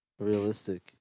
Realistic